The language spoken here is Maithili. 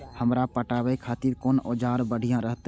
हमरा पटावे खातिर कोन औजार बढ़िया रहते?